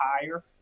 higher